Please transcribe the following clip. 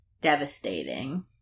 devastating